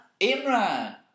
Imran